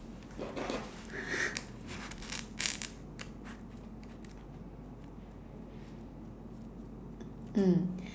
mm